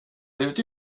blivit